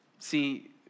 See